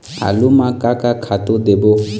आलू म का का खातू देबो?